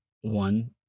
one